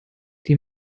die